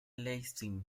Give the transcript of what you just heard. leipzig